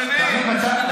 נו, בסדר.